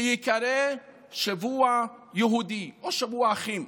שייקרא "שבוע יהודי" או "שבוע אחים".